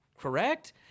correct